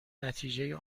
نتیجه